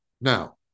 now